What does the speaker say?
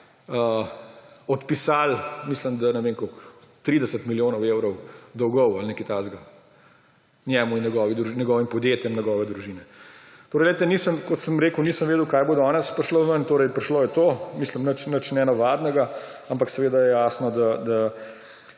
odpisali mislim, da ne vem koliko, 30 milijonov evrov dolgov ali nekaj takega, njemu in njegovim podjetjem, njegovi družini. Kot sem rekel, nisem vedel, kaj bo danes prišlo ven, torej prišlo je to, mislim nič nenavadnega, ampak seveda je jasno, da